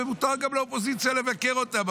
ומותר גם לאופוזיציה לבקר אותה,